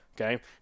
Okay